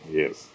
yes